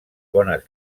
bones